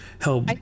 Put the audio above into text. help